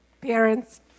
Parents